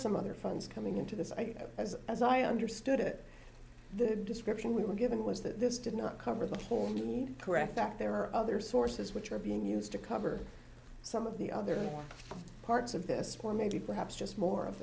some other funds coming into this idea as as i understood it the description we were given was that this did not cover the whole correct that there are other sources which are being used to cover some of the other parts of this for maybe perhaps just more of